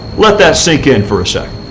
let that sink in for a second.